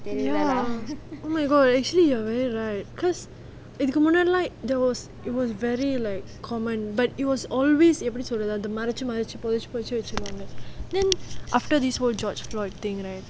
ya oh my god actually you're very right because இதுக்கு முன்னாடிலாம்:ithuku munaadilaam there was it was very like common but it was always எப்பிடி சொல்றது அத மறச்சி மறச்சி பொதச்சி பொதச்சி வெச்சிடுவாங்க:epidi solrathu atha marachi marachi pothachi pothachi vechiduvanga then after these whole george floyd thing right